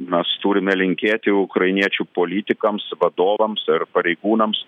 mes turime linkėti ukrainiečių politikams vadovams ir pareigūnams